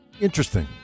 Interesting